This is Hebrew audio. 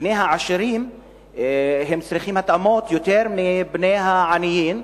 בני העשירים צריכים התאמות יותר מבני העניים,